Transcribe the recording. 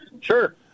Sure